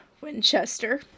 Winchester